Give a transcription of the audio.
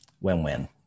Win-win